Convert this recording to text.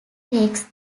takes